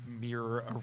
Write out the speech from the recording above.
mirror